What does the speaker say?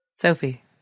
Sophie